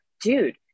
dude